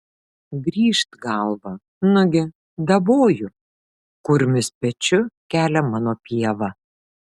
grįžt galvą nugi daboju kurmis pečiu kelia mano pievą